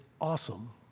awesome